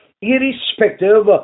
irrespective